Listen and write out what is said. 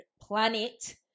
planet